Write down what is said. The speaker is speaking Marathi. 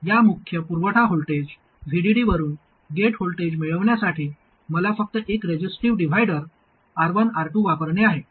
या मुख्य पुरवठा व्होल्टेज VDD वरून गेट व्होल्टेज मिळविण्यासाठी मला फक्त एक रेजिस्टिव्ह डिव्हायडर R1 R2 वापरणे आहे